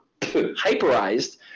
hyperized